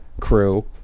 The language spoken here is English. crew